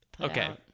Okay